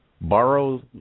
borrow